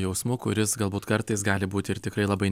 jausmu kuris galbūt kartais gali būti ir tikrai labai